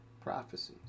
prophecies